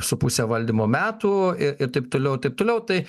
su puse valdymo metų ir taip toliau ir taip toliau tai